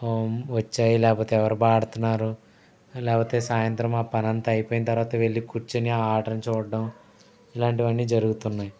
వచ్చాయి లేకపోతే ఎవరు బాగా ఆడుతున్నారు లేకపోతే సాయంత్రం ఆ పని అంతా అయిపోయిన తరువాత వెళ్ళి కుర్చొని ఆ ఆటని చూడటం ఇలాంటివన్నీ జరుగుతున్నాయి